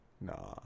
Nah